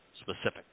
specific